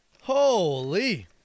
Holy